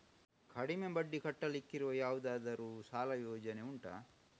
ಕಡಿಮೆ ಬಡ್ಡಿ ಕಟ್ಟಲಿಕ್ಕಿರುವ ಯಾವುದಾದರೂ ಸಾಲ ಯೋಜನೆ ಉಂಟಾ